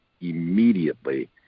immediately